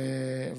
ב.